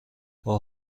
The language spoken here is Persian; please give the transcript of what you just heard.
اوه